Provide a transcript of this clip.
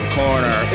corner